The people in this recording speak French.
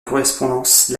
correspondance